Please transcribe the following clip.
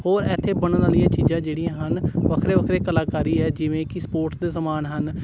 ਹੋਰ ਇੱਥੇ ਬਣਨ ਵਾਲੀਆਂ ਚੀਜ਼ਾਂ ਜਿਹੜੀਆਂ ਹਨ ਵੱਖਰੇ ਵੱਖਰੇ ਕਲਾਕਾਰੀ ਹੈ ਜਿਵੇਂ ਕਿ ਸਪੋਰਟਸ ਦੇ ਸਮਾਨ ਹਨ